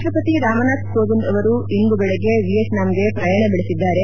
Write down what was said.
ರಾಷ್ಟಪತಿ ರಾಮನಾಥ್ ಕೋವಿಂದ್ ಅವರು ಇಂದು ಬೆಳಗ್ಗೆ ವಿಯೆಟ್ನಾಂಗೆ ಪ್ರಯಾಣ ಬೆಳೆಸಿದ್ದಾರೆ